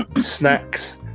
snacks